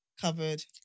covered